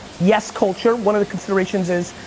yes, culture one of the considerations is,